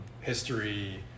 History